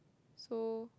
so